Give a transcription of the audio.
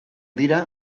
dira